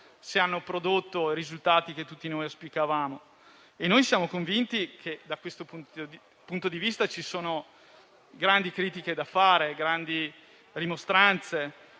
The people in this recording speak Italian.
se hanno prodotto i risultati che tutti auspicavamo. Noi siamo convinti che, da questo punto di vista, ci sono grandi critiche e grandi rimostranze